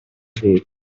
they